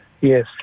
Yes